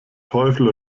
teufel